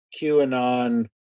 QAnon